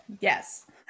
Yes